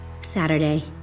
Saturday